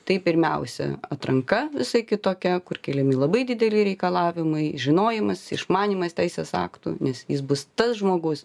tai pirmiausia atranka visai kitokia kur keliami labai dideli reikalavimai žinojimas išmanymas teisės aktų nes jis bus tas žmogus